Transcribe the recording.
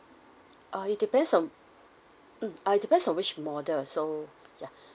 uh it depends on mm uh it depends on which model so yeah